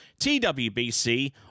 TWBC